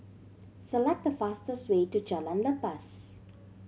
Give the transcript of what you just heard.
select the fastest way to Jalan Lepas